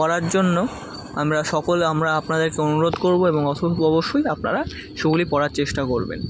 পড়ার জন্য আমরা সকল আমরা আপনাদেরকে অনুরোধ করবো এবং অস অবশ্যই আপনারা সেগুলি পড়ার চেষ্টা করবেন